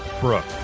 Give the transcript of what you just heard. Brooke